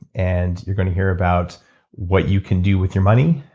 and you're going to hear about what you can do with your money,